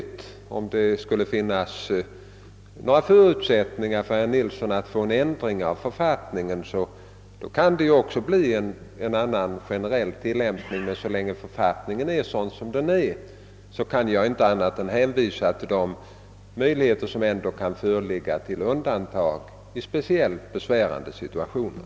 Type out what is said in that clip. Finns det några förutsättningar att ändra författningen, så kan givetvis också den generella tilllämpningen bli en annan, men så länge författningen är sådan den är, kan jag inte annat än hänvisa till de möjligheter som föreligger till undantag i speciellt besvärande situationer.